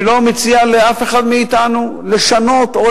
אני לא מציע לאף אחד מאתנו לשנות או